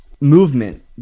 movement